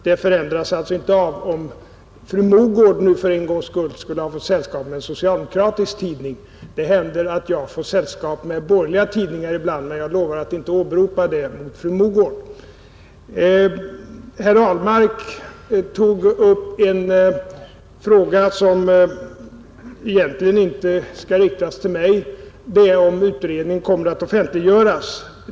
Det förändras alltså inte av om fru Mogård nu för en gångs skull skulle ha fått sällskap med en socialdemokratisk tidning. Det händer att jag får sällskap med borgerliga tidningar ibland, men jag lovar att inte åberopa det mot fru Mogård. Herr Alhmark tog upp en fråga som egentligen inte skall riktas till mig, nämligen om utredningen kommer att offentliggöras.